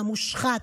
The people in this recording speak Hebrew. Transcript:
המושחת,